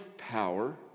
power